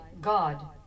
God